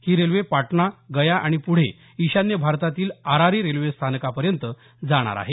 ही railway Patna Gaya आणि पुढे ईशान्य भारतातील आरारी रेल्वेस्थानकापर्यंत जाणार आहे